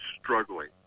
struggling